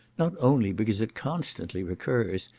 not only because it constantly recurs,